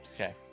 okay